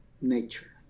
nature